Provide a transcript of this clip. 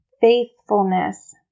faithfulness